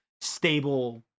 stable